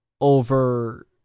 over